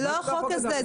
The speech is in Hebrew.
זה לא החוק הזה.